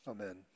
Amen